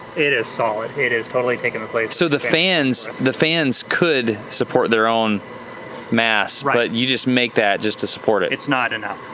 it is solid. it it is totally taking the place. so the fans, the fans could support their own mass but you just make that just to support it. it's not enough,